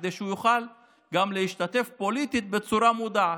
כדי שהוא יוכל גם להשתתף פוליטית בצורה מודעת,